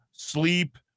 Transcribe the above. sleep